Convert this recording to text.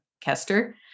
Kester